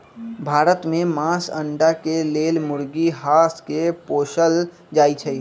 भारत में मास, अण्डा के लेल मुर्गी, हास के पोसल जाइ छइ